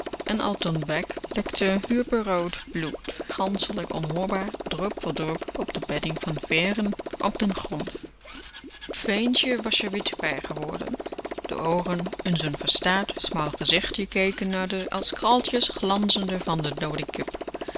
en uit den bek lekte purperrood bloed ganschelijk onhoorbaar drup voor drup op de bedding van veeren op den grond t ventje was r wit bij geworden de oogen in z'n verstard smal gezichtje keken naar de als kraaltjes glanzende van de doode kip